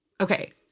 Okay